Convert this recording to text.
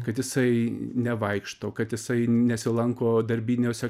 kad jisai nevaikšto kad jisai nesilanko darbiniuose